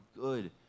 good